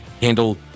handle